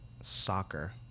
soccer